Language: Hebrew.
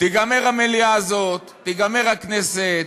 תיגמר המליאה הזאת, תיגמר הכנסת,